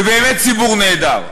זה באמת ציבור נהדר,